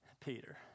Peter